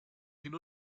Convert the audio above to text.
hin